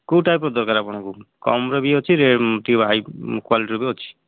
କୋଉ ଟାଇପ୍ର ଦରକାର ଆପଣଙ୍କୁ କମ୍ରେ ବି ଅଛି ଟିକେ କ୍ୱାଲିଟିର ବି ଅଛି